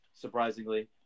Surprisingly